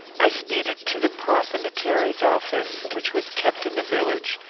i speeded to the prothonotary's office, which was kept in the village,